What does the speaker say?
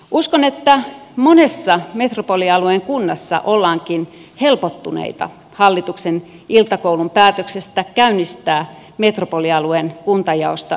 uskon että monessa metropolialueen kunnassa ollaankin helpottuneita hallituksen iltakoulun päätöksestä käynnistää metropolialueen kuntajaosta erillinen selvitystyö